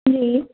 जी